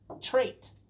trait